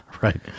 right